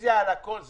רוויזיה על הכול.